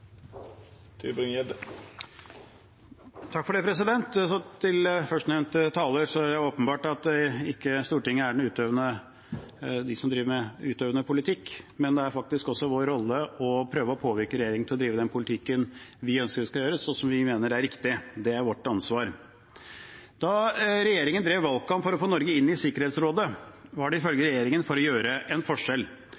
Det er åpenbart at det ikke er Stortinget som driver med utøvende politikk, men det er faktisk vår rolle å prøve å påvirke regjeringen til å drive den politikken vi ønsker den skal drive, og som vi mener er riktig. Det er vårt ansvar. Da regjeringen drev valgkamp for å få Norge inn i Sikkerhetsrådet, var det ifølge